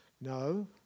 No